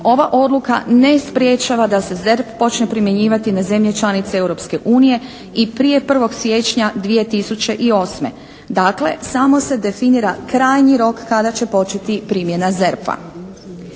ova odluka ne sprječava da se ZERP počne primjenjivati na zemlje članice Europske unije i prije 1. siječnja 2008. Dakle, samo se definira krajnji rok kada će početi primjena ZERP-a.